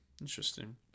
interesting